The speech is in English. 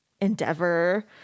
endeavor